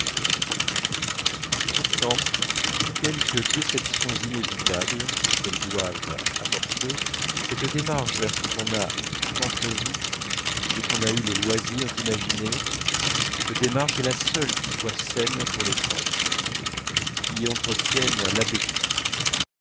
pourtant quelques déceptions inévitables qu'elle doive apporter cette démarche vers ce qu'on n'a qu'entrevu ce qu'on a eu le loisir d'imaginer cette démarche est la seule qui soit saine pour les sens qui y entretienne l'appétit